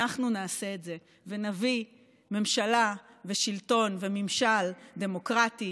אנחנו נעשה את זה ונביא ממשלה ושלטון וממשל דמוקרטי